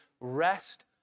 rest